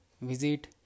visit